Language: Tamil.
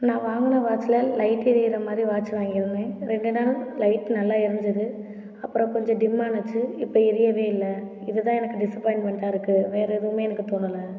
நான் வாங்குன வாட்ச்சில் லைட் எரியுற மாதிரி வாட்ச் வாங்கியிருந்தேன் ரெண்டு நாள் லைட் நல்லா எரிஞ்சது அப்புறம் கொஞ்சம் டிம் ஆணுச்சி இப்போ எரியவே இல்லை இதுதான் எனக்கு டிஸபாயின்மெண்ட்டா இருக்குது வேற எதுவுமே எனக்குத் தோனல